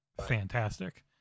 fantastic